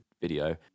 video